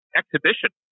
exhibition